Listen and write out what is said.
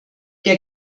der